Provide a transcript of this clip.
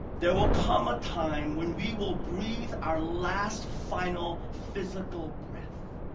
there will come a time when we will breathe our last final physical breath.